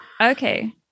Okay